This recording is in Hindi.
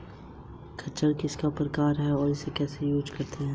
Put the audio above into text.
गैर बैंकिंग वित्तीय कंपनियाँ वित्तीय प्रणाली के लिए मूल्यवान क्यों हैं?